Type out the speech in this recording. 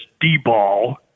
D-ball